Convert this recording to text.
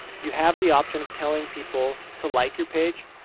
you have the option of telling people to like your page.